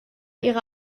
ihre